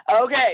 Okay